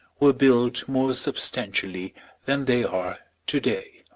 were built more substantially than they are to-day.